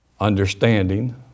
understanding